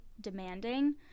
demanding